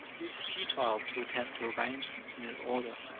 is futile to attempt to arrange them in an order,